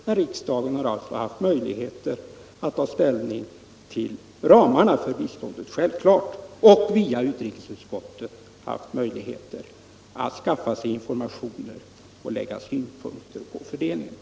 Att riksdagen har haft möjligheter att ta ställning till ramarna för biståndet är självklart, och riksdagen har också via utrikesutskottet haft möjligheter att skaffa verksamheten sig informationer och anlägga synpunkter på fördelningen.